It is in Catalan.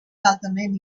altament